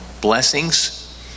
blessings